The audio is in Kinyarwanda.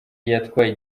yatwaye